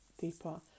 deeper